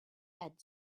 had